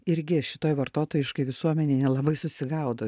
irgi šitoj vartotojiškoj visuomenėj nelabai susigaudo